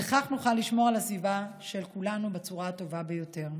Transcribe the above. וכך נוכל לשמור על הסביבה של כולנו בצורה הטובה ביותר.